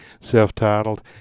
self-titled